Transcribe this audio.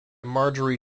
marjorie